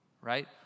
right